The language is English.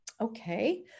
okay